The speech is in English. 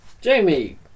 Jamie